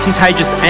Contagious